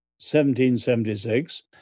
1776